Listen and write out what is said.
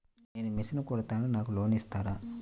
నేను మిషన్ కుడతాను నాకు లోన్ ఇస్తారా?